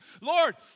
Lord